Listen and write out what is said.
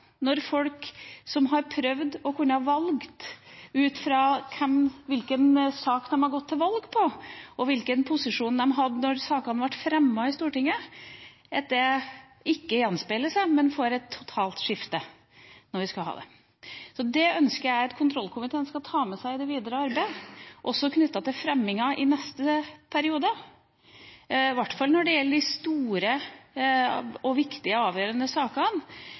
når folk kunne ha valgt ut fra hvilken sak man har gått til valg på, og hvilken posisjon man hadde da sakene ble fremmet i Stortinget – når det ikke gjenspeiler seg og vi får et totalt skifte? Det ønsker jeg at kontrollkomiteen skal ta med seg i det videre arbeid, også knyttet til fremminga i neste periode. I hvert fall når det gjelder de store, viktige og avgjørende sakene,